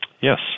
Yes